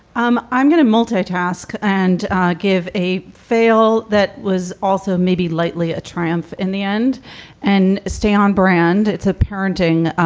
um i'm going to multi-task and give a fail. that was also maybe lightly a triumph in the end and stay on brand it's a parenting.